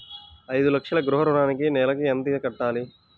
ఐదు లక్షల గృహ ఋణానికి నెలకి ఎంత కట్టాలి?